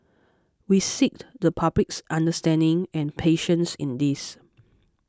we seek the public's understanding and patience in this